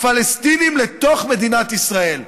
פלסטינים לתוך מדינת ישראל.